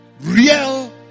real